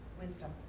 wisdom